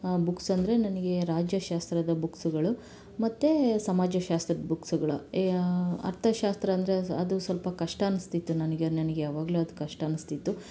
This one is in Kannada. ಬುಕ್ಸ್ ಅಂದರೆ ನನಗೆ ರಾಜ್ಯಶಾಸ್ತ್ರದ ಬುಕ್ಸುಗಳು ಮತ್ತು ಸಮಾಜಶಾಸ್ತ್ರದ ಬುಕ್ಸುಗಳು ಏ ಅರ್ಥಶಾಸ್ತ್ರ ಅಂದರೆ ಅಸ್ ಅದು ಸ್ವಲ್ಪ ಕಷ್ಟ ಅನ್ನಿಸ್ತಿತ್ತು ನನಗೆ ಅದು ನನಗೆ ಯಾವಾಗಲೂ ಅದು ಕಷ್ಟ ಅನ್ನಿಸ್ತಿತ್ತು